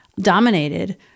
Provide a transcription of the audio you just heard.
dominated